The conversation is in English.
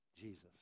Jesus